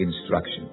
instruction